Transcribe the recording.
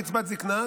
קצבת זקנה,